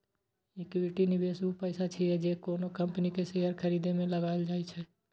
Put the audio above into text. equity निवेश ऊ पैसा छियै, जे कोनो कंपनी के शेयर खरीदे मे लगाएल जाइ छै